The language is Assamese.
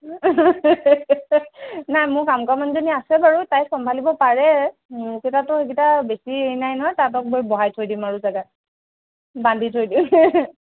নাই মোৰ কাম কৰা মানুহজনী আছে বাৰু তাই চম্ভালিব পাৰে তেতিয়া তোৰ সেইকেইটা বেছি হেৰি নাই নহয় তাহাঁতক লৈ বহাই থৈ দিম আৰু জেগাত বান্ধি থৈ দিম